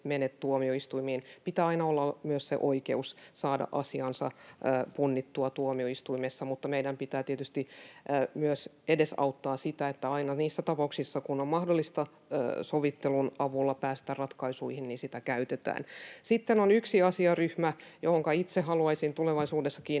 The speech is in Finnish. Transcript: menevät tuomioistuimiin. Pitää aina olla myös oikeus saada asiansa punnittua tuomioistuimessa. Mutta meidän pitää tietysti myös edesauttaa sitä, että aina niissä tapauksissa, kun on mahdollista sovittelun avulla päästä ratkaisuihin, sitä käytetään. Sitten on yksi asiaryhmä, johonka itse haluaisin tulevaisuudessa